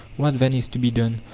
what then is to be done?